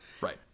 Right